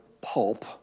pulp